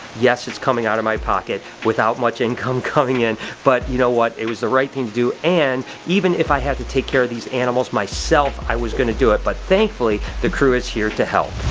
yes, it's coming out of my pocket without much income coming in, but, you know what? it was the right thing to do and even if i have to take care of these animals myself, i was gonna do it, but thankfully the crew is here to help.